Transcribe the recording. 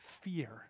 fear